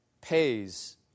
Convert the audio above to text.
pays